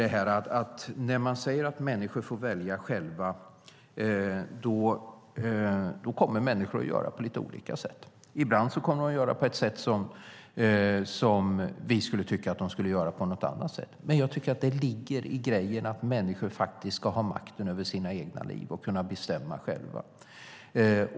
När man säger att människor får välja själva kommer människor att göra på lite olika sätt. Ibland kommer de att göra på ett sätt där vi skulle tycka att de skulle göra på ett annat sätt. Men grejen är att människor ska ha makten över sina egna liv och kunna bestämma själva.